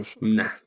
Nah